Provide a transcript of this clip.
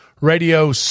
radio